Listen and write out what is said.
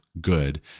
good